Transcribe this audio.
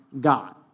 God